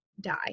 die